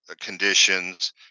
conditions